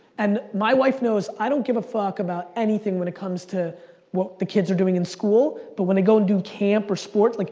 and my wife knows, i don't give a fuck about anything when it comes to what the kids are doing in school but when they go and do camp or sports, like